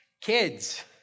Kids